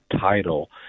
title